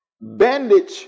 bandage